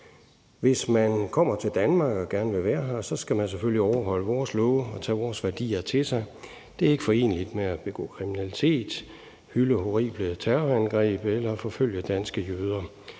Hvis man kommer til Danmark og gerne vil være her, skal man selvfølgelig overholde vores love og tage vores værdier til sig. Det er ikke foreneligt med at begå kriminalitet, hylde horrible terrorangreb eller forfølge danske jøder.